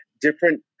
different